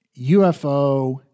UFO